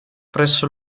presso